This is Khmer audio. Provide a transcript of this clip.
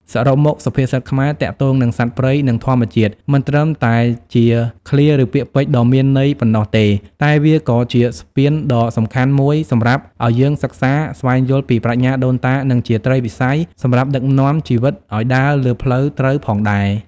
សរុបមក សុភាសិតខ្មែរទាក់ទងនឹងសត្វព្រៃ និងធម្មជាតិ មិនត្រឹមតែជាឃ្លា ឬ ពាក្យពេចន៍ដ៏មានន័យប៉ុណ្ណោះទេ តែវាក៏ជាស្ពានដ៏សំខាន់មួយសម្រាប់ឱ្យយើងសិក្សាស្វែងយល់ពីប្រាជ្ញាដូនតា និងជាត្រីវិស័យសម្រាប់ដឹកនាំជីវិតឱ្យដើរលើផ្លូវត្រូវផងដែរ។